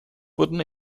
wurden